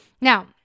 Now